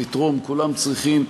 לתרום כולם צריכים.